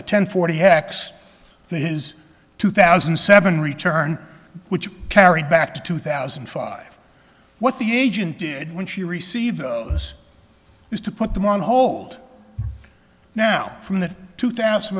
six ten forty hacks for his two thousand and seven return which carried back to two thousand and five what the agent did when she received this is to put them on hold now from the two thousand